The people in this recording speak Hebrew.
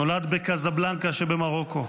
נולד בקזבלנקה שבמרוקו.